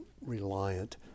reliant